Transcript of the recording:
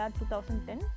2010